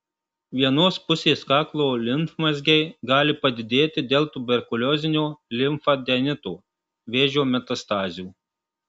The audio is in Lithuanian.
vienos pusės kaklo limfmazgiai gali padidėti dėl tuberkuliozinio limfadenito vėžio metastazių